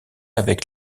avec